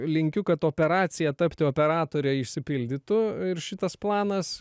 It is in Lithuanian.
linkiu kad operacija tapti operatore išsipildytų ir šitas planas